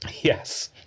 Yes